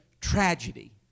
tragedy